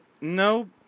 no